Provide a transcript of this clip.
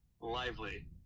lively